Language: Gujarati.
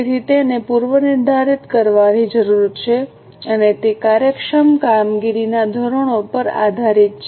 તેથી તેને પૂર્વનિર્ધારિત કરવાની જરૂર છે અને તે કાર્યક્ષમ કામગીરીના ધોરણો પર આધારિત છે